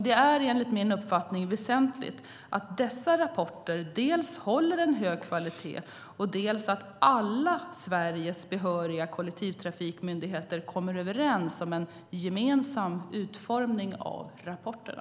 Det är, enligt min uppfattning, väsentligt att dessa rapporter håller en hög kvalitet och att alla Sveriges behöriga kollektivtrafikmyndigheter kommer överens om en gemensam utformning av rapporterna.